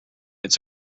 its